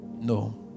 No